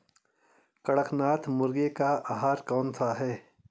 कड़कनाथ मुर्गे का आहार कौन सा है?